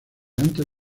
antes